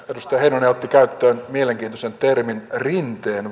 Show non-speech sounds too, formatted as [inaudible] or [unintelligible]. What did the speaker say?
edustaja heinonen otti käyttöön mielenkiintoisen termin rinteen [unintelligible]